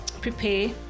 prepare